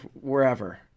wherever